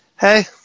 hey